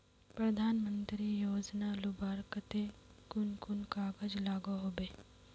प्रधानमंत्री योजना लुबार केते कुन कुन कागज लागोहो होबे?